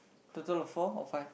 total four or five